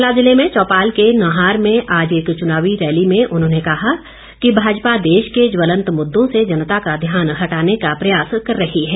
शिमला जिले में चौपाल के नंहार में आज एक चुनावी रैली में उन्होंने कहा कि भाजपा देश के ज्वलंत मुद्दों से जनता का ध्यान हटाने का प्रयास कर रही है